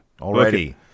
Already